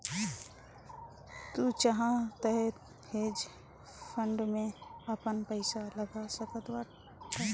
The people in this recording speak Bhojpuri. तू चाहअ तअ हेज फंड में आपन पईसा लगा सकत बाटअ